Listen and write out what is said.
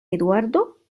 eduardo